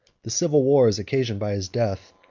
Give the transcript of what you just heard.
the civil wars occasioned by his death,